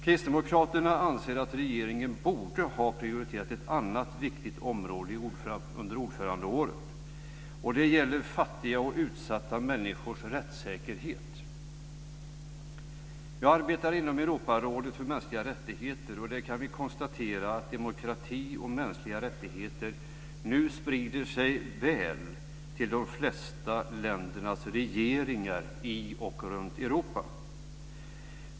Kristdemokraterna anser att regeringen borde ha prioriterat ett annat viktigt område under ordförandeåret. Det gäller fattiga och utsatta människors rättssäkerhet. Jag arbetar inom Europarådet för mänskliga rättigheter. Där kan vi konstatera att demokrati och mänskliga rättigheter nu sprider sig väl till de flesta ländernas regeringar i och runt Europa.